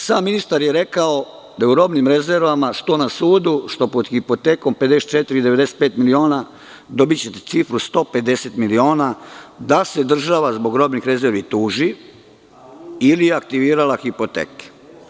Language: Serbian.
Sam ministar je rekao da u robnim rezervama, što na sudu, što pod hipotekom, 54 i 95 miliona, dobićete cifru od 150.000.000, da se država zbog robnih rezervi tuži ili je aktivirala hipoteke.